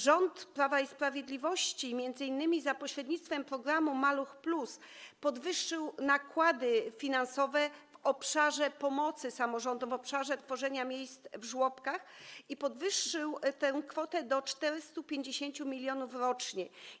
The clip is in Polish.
Rząd Prawa i Sprawiedliwości, m.in. za pośrednictwem programu „Maluch+”, podwyższył nakłady finansowe w obszarze pomocy samorządom, w obszarze tworzenia miejsc w żłobkach, podwyższył tę kwotę do 450 mln rocznie.